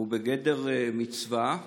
הוא בגדר מצווה,